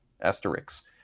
Asterisks